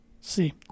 see